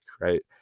right